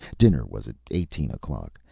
dinner was at eighteen o'clock.